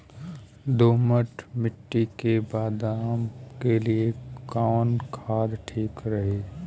दोमट मिट्टी मे बादाम के लिए कवन खाद ठीक रही?